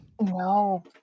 No